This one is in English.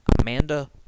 Amanda